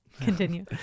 continue